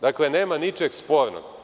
Dakle, nema ničeg spornog.